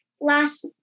last